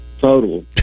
total